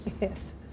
Yes